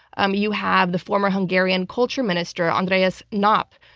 um you have the former hungarian culture minister, andreas knopp,